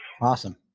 Awesome